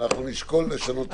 אנחנו נשקול לשנות.